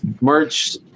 merch